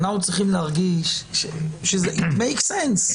אנחנו צריכים להרגיש שיש היגיון.